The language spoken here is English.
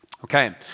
Okay